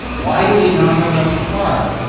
why do they not have enough supplies?